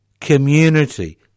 community